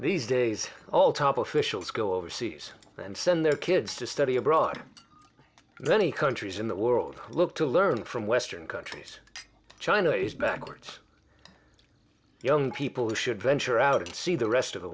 these days all top officials go overseas and send their kids to study abroad the only countries in the world look to learn from western countries china is backwards young people should venture out and see the rest of the